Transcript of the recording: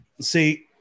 See